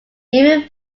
even